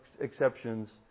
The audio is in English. exceptions